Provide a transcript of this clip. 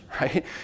right